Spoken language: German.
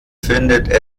findet